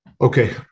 Okay